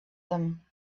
them